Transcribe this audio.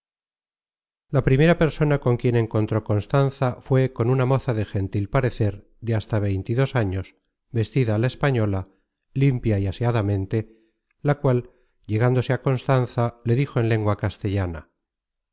la primera persona con quien encontró constanza fué con una moza de gentil parecer de hasta veinte y dos años vestida á la española limpia y aseadamente la cual llegándose á constanza le dijo en lengua castellana